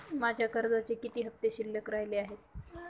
माझ्या कर्जाचे किती हफ्ते शिल्लक राहिले आहेत?